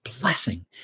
blessing